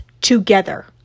together